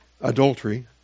adultery